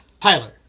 Tyler